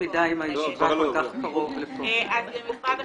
אני רוצה לומר,